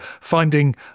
finding